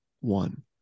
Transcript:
one